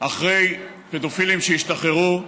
אחרי פדופילים שהשתחררו,